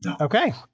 Okay